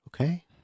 okay